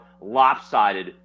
lopsided